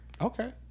Okay